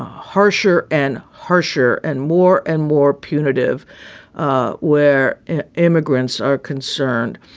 harsher and harsher and more and more punitive ah where immigrants are concerned.